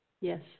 Yes